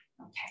Okay